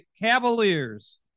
Cavaliers